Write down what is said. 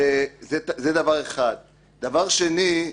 דבר שני,